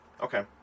Okay